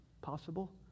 possible